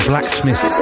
Blacksmith